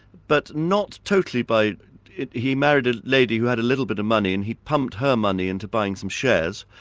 but not totally by he married a lady who had a little bit of money and he pumped her money into buying some shares,